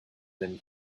than